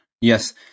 Yes